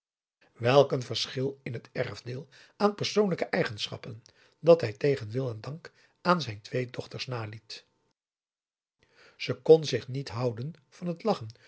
een verschil in het erfdeel aan persoonlijke eigenschappen dat hij tegen wil en dank aan zijn twee dochters naliet ze kon zich niet houden van t lachen